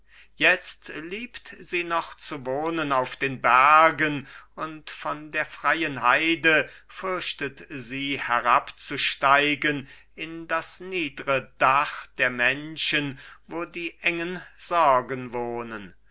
jetzt liebt sie noch zu wohnen auf den bergen und von der freien heide fürchtet sie herabzusteigen in das niedre dach der menschen wo die engen sorgen wohnen